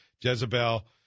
Jezebel